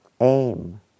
aim